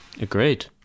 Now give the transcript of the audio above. Agreed